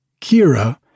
Kira